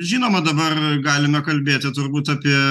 žinoma dabar galime kalbėti turbūt apie